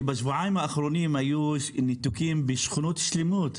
כי בשבועיים האחרונים היו ניתוקים בשכונות שלמות.